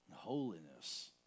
Holiness